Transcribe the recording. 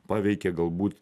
paveikė galbūt